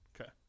Okay